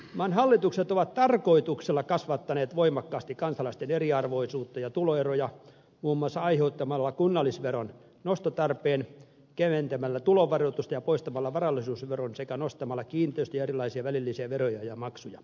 maan hallitukset ovat tarkoituksella kasvattaneet voimakkaasti kansalaisten eriarvoisuutta ja tuloeroja muun muassa aiheuttamalla kunnallisveron nostotarpeen keventämällä tuloverotusta ja poistamalla varallisuusveron sekä nostamalla kiinteistö ja erilaisia välillisiä veroja ja maksuja